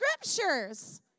scriptures